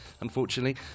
unfortunately